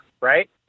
right